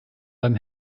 beim